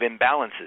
imbalances